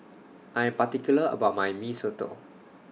I Am particular about My Mee Soto